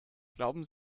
glauben